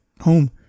home